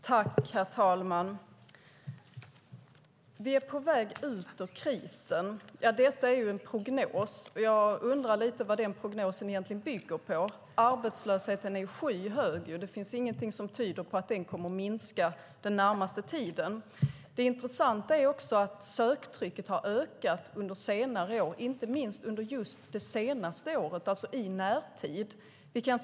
Herr talman! Vi är på väg ut ur krisen, säger utbildningsministern. Det är en prognos, och jag undrar lite vad den egentligen bygger på. Arbetslösheten är ju skyhög, och det finns inget som tyder på att den kommer att minska under den närmaste tiden. Det intressanta är också att söktrycket har ökat under senare år, inte minst under just det senaste året, alltså i närtid.